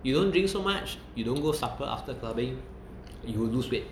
you don't drink so much you don't go supper after clubbing you will lose weight